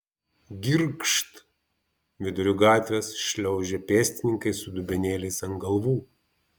girgžt viduriu gatvės šliaužia pėstininkai su dubenėliais ant galvų